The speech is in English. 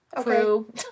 crew